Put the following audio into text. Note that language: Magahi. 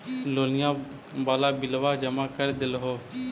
लोनिया वाला बिलवा जामा कर देलहो?